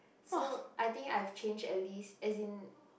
so I think I have change at least as in